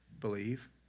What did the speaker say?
Believe